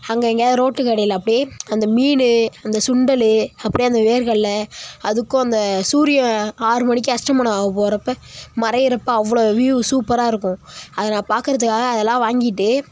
அங்கே எங்கையாது ரோட்டு கடையில் அப்டேயே அந்த மீன் அந்த சுண்டல் அப்புடேயே அந்த வேர்கடல்ல அதுக்கும் அந்த சூரிய ஆறு மணிக்கு அஷ்தமனோம் ஆக போகிறப்ப மறையிறப்ப அவ்வளோ வியூ சூப்பராக இருக்கும் அது நான் பார்க்கறதுக்காக அதெலாம் வாங்கிட்டு